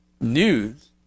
news